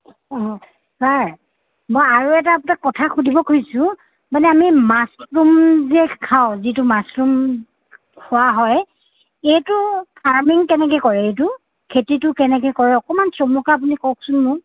sir sir মই আৰু এটা আপোনাক কথা সুধিব খুজিছোঁ মানে আমি মাছৰুম যে খাওঁ যিটো মাছৰুম খোৱা হয় এইটো ফাৰ্মিং কেনেকৈ কৰে এইটো খেতিটো কেনেকৈ কৰে অলপমান চমুকৈ আপুনি কওকচোন মোক